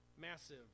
massive